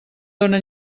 dóna